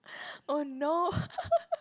oh no